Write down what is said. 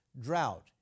drought